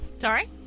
Sorry